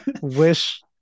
wish